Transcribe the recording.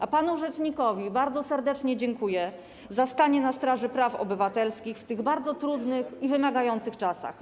A panu rzecznikowi bardzo serdecznie dziękuję za stanie na straży praw obywatelskich w tych bardzo trudnych i wymagających czasach.